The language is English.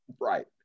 Right